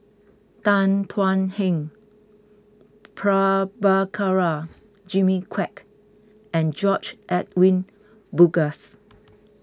Tan Thuan Heng Prabhakara Jimmy Quek and George Edwin Bogaars